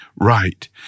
right